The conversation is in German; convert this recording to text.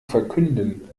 verkünden